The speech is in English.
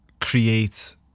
create